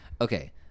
okay